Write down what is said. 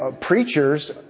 preachers